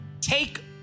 Take